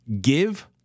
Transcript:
Give